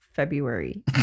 February